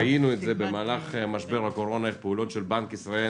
ראינו את זה במהלך משבר קורונה איך פעולות של בנק ישראל